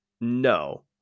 no